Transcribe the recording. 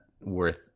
worth